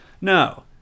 No